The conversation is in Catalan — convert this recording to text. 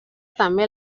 també